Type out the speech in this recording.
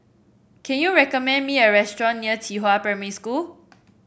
can you recommend me a restaurant near Qihua Primary School